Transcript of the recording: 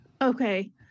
Okay